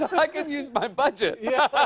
i could use my budget. yeah,